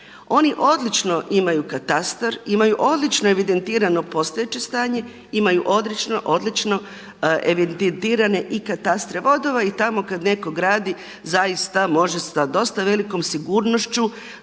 Oni odličan imaju katastar, imaju odlično evidentirano postojeće stanje, imaju odlično evidentirane i katastre vodova i tamo kad netko gradi zaista može zaista s dosta velikom sigurnošću